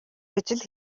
гэж